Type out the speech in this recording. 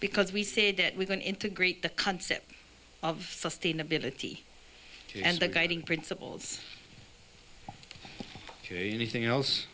because we said that we can integrate the concept of sustainability and the guiding principles ok anything else